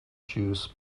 juice